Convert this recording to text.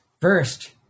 First